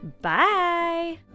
Bye